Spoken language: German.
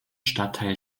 stadtteil